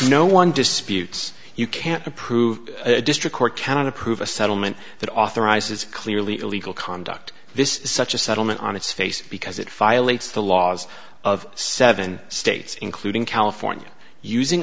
no one disputes you can't approve a district court can approve a settlement that authorizes clearly illegal conduct this is such a settlement on its face because it file its the laws of seven states including california using